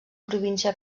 província